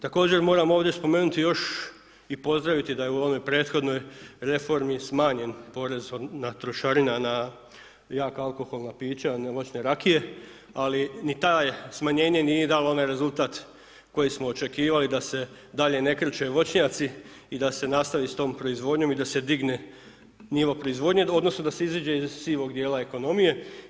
Također, moram ovdje spomenuti još i pozdraviti da je u ovoj prethodnoj reformi smanjen porez na trošarina na jaka alkoholna pića na moćne rakije, ali ni taj smanjenje nije dalo onaj rezultat koji smo očekivali da se dalje ne krče voćnjaci i da se nastavi s tom proizvodnjom i da se digne nivo proizvodnje odnosno da se iziđe iz sivog dijela ekonomije.